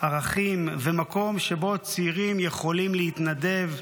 ערכים ומקום שבו צעירים יכולים להתנדב,